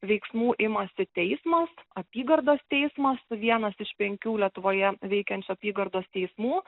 veiksmų imasi teismas apygardos teismas su vienas iš penkių lietuvoje veikiančių apygardos teismų